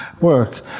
work